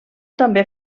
també